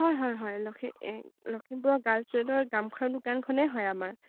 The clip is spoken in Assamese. হয় হয় হয় লখে লখিমপুৰৰ গাৰ্লচ ৰোডৰ গামখাৰু দোকানখনেই হয় আমাৰ